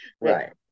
Right